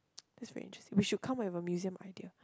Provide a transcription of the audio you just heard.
that's very interesting we should come up with a museum idea